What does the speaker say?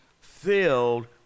filled